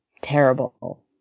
terrible